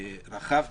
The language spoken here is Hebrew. לא רק לקבוע תנאים,